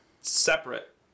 separate